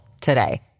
today